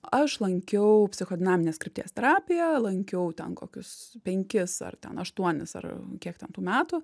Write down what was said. aš lankiau psichodinaminės krypties terapiją lankiau ten kokius penkis ar ten aštuonis ar kiek ten tų metų